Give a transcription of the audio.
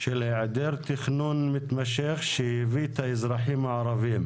של העדר תכנון מתמשך שהביא את האזרחים הערבים